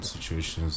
situations